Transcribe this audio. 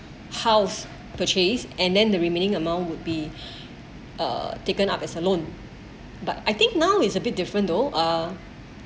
house purchase and then the remaining amount would be uh taken up as a loan but I think now is a bit different though uh